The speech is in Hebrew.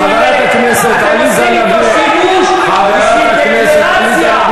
כל ועדה תדבר על הרב קוק.